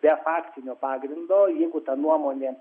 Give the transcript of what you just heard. be faktinio pagrindo jeigu ta nuomonė